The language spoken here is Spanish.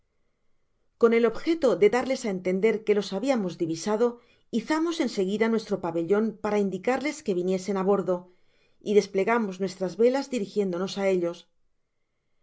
con el objeto de darles á entender que los habiamos divisado izamos en seguida nuestro pabellon para indicarles que viniesen á bordo y desplegamos nuestras velas dirigiéndonos á ellos